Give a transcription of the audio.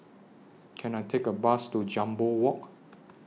Can I Take A Bus to Jambol Walk